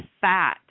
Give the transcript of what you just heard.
fat